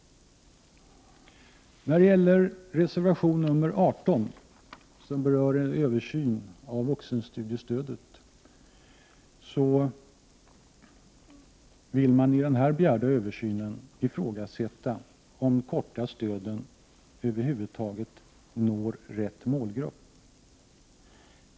Reservation nr 18 gäller en översyn av vuxenstudiestödet. Man vill genom den översynen ifrågasätta om de korta stöden når rätt målgrupp.